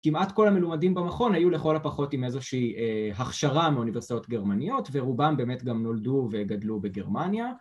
כמעט כל המלומדים במכון היו לכל הפחות עם איזושהי הכשרה מאוניברסיטאות גרמניות ורובם באמת גם נולדו וגדלו בגרמניה